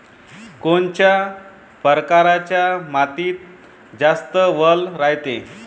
कोनच्या परकारच्या मातीत जास्त वल रायते?